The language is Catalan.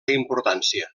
importància